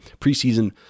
preseason